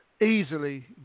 easily